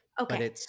Okay